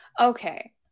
Okay